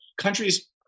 countries